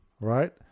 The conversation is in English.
right